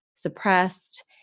suppressed